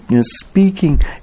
speaking